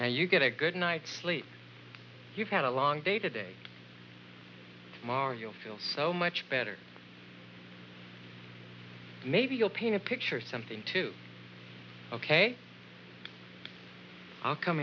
and you get a good night's sleep you've had a long day today mar you'll feel so much better maybe you'll paint a picture something to ok i'll come